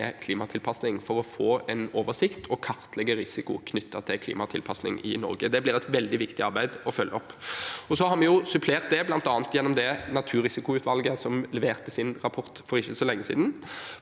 for å få en oversikt og kartlegge risiko knyttet til klimatilpasning i Norge. Det blir et veldig viktig arbeid å følge opp. Så har vi supplert det gjennom bl.a. naturrisikoutvalget, som leverte sin rapport for ikke så lenge siden.